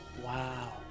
Wow